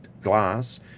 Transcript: glass